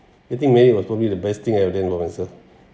getting married was probably the best thing I've done for myself